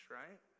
right